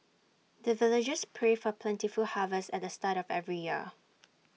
the villagers pray for plentiful harvest at the start of every year